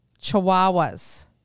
chihuahuas